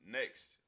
next